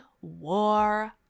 War